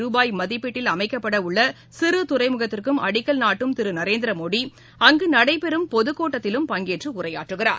ருபாய் மதிப்பீட்டில் அமைக்கப்படஉள்ளசிறுதுறைமுகத்திற்கும் அடிக்கல் நாட்டும் திருநரேந்திரமோடி அங்குநடைபெறும் பொதுக் கூட்டத்திலும் பங்கேற்றுடரையாற்றுகிறார்